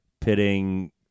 pitting